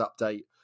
update